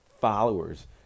followers